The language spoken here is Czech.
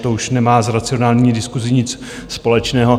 To už nemá s racionální diskusí nic společného.